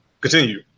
Continue